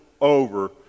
over